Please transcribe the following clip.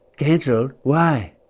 canceled? why?